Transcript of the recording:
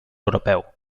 europeu